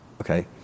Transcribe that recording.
Okay